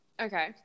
Okay